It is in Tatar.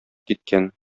киткән